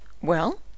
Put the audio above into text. Well